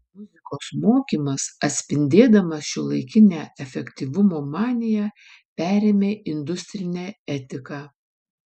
muzikos mokymas atspindėdamas šiuolaikinę efektyvumo maniją perėmė industrinę etiką